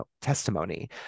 testimony